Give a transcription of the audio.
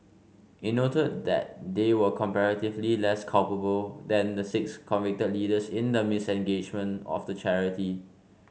it noted that they were comparatively less culpable than the six convicted leaders in the mismanagement of the charity